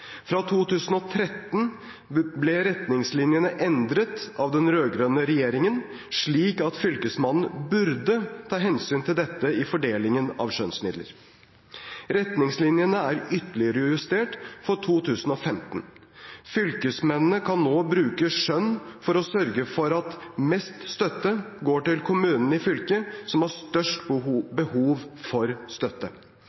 Fra 2013 ble retningslinjene endret av den rød-grønne regjeringen slik at fylkesmannen burde ta hensyn til dette i fordelingen av skjønnsmidler. Retningslinjene er ytterligere justert for 2015. Fylkesmennene kan nå bruke skjønn for å sørge for at mest støtte går til de kommunene i fylket som har størst behov for støtte.